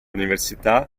università